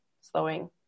slowing